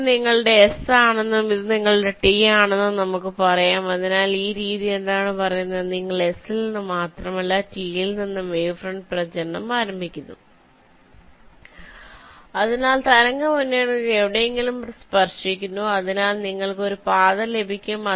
ഇത് നിങ്ങളുടെ എസ് ആണെന്നും ഇത് നിങ്ങളുടെ ടി ആണെന്നും നമുക്ക് പറയാം അതിനാൽ ഈ രീതി എന്താണ് പറയുന്നത് നിങ്ങൾ S ൽ നിന്ന് മാത്രമല്ല ടിയിൽ നിന്നും വേവ് ഫ്രണ്ട് പ്രചരണം ആരംഭിക്കുന്നു അതിനാൽ തരംഗ മുന്നണികൾ എവിടെയെങ്കിലും സ്പർശിക്കുന്നു അതിനാൽ നിങ്ങൾക്ക് ഒരു പാത ലഭിക്കും